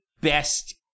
best